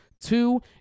two